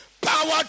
power